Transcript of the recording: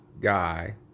guy